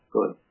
Good